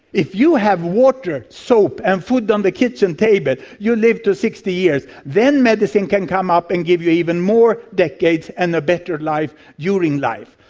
if you have water, soap and food on the kitchen table, you live to sixty years. then medicine can come up and give you even more decades and a better life during life.